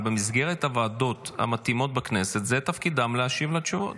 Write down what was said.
אבל במסגרת הוועדות המתאימות בכנסת תפקידם להשיב לתשובות.